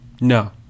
No